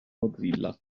mozilla